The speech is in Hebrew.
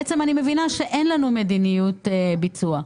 אני מבינה שבעצם אין לנו מדיניות ביצוע.